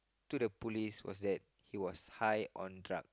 to the police was that he was high on drug